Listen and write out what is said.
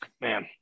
man